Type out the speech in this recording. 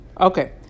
Okay